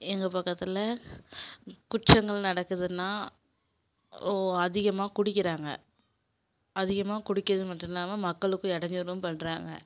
எங்கள் பக்கத்தில் குற்றங்கள் நடக்குதுன்னா அதிகமாக குடிக்கிறாங்க அதிகமாக குடிக்கிறது மட்டும் இல்லாமல் மக்களுக்கும் இடைஞ்சலும் பண்ணுறாங்க